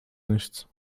nichts